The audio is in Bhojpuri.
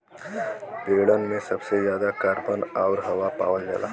पेड़न में सबसे जादा कार्बन आउर हवा पावल जाला